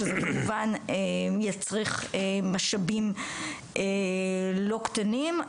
שזה כמובן יצריך משאבים לא קנים.